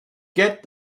get